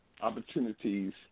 opportunities